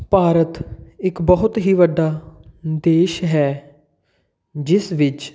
ਭਾਰਤ ਇੱਕ ਬਹੁਤ ਹੀ ਵੱਡਾ ਦੇਸ਼ ਹੈ ਜਿਸ ਵਿੱਚ